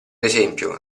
esempio